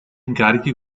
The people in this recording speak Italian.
incarichi